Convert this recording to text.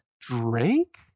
Drake